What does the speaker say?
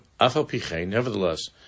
nevertheless